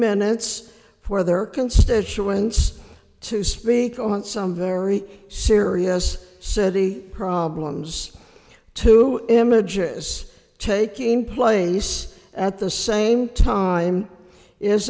minutes for their constituents to speak on some very serious city problems two images taking place at the same time is